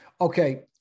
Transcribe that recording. Okay